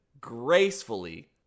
gracefully